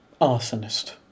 Arsonist